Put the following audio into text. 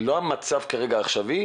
לא במצב העכשווי,